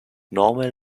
normal